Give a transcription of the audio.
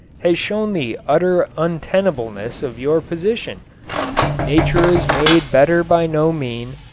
has shown the utter untenableness of your position nature is made better by no mean,